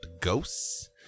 ghosts